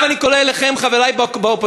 עכשיו אני קורא אליכם, חברי באופוזיציה: